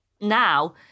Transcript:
Now